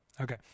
okay